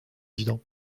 président